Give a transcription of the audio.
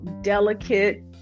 delicate